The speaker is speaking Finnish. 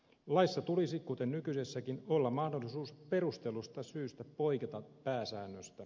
laissa tulisi kuten nykyisessäkin olla mahdollisuus perustellusta syystä poiketa pääsäännöstä